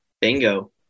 Bingo